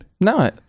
No